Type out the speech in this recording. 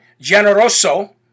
Generoso